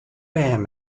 bern